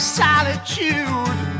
solitude